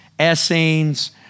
Essenes